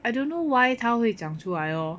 I don't know why 他会长出来 lor